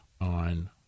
on